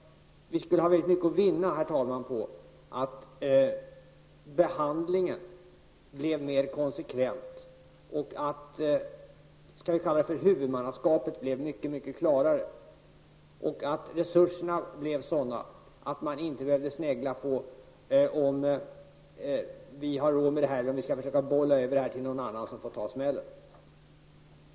Vi skulle därför, herr talman, ha mycket att vinna på att behandlingen blev mer konsekvent och att huvudmannaskapet blev mycket klarare. Resurserna måste vara av den storleken att man inte skall behöva snegla på om man har råd att vidta åtgärder. Man skall inte tvingas bolla över ärenden till annan instans som får ta smällen.